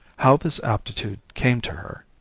how this aptitude came to her,